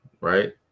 right